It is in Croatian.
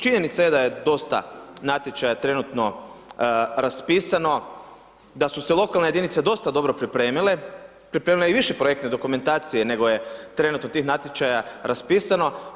Činjenica je da je dosta natječaja trenutno raspisano, da su se lokalne jedinice dosta dobro pripremile, pripremile i više projektne dokumentacije nego je trenutno tih natječaja raspisano.